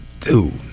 dude